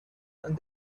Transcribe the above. and